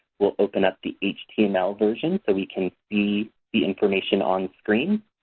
we'll open up the html version so we can see the information on screen.